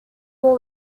more